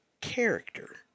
character